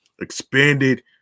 expanded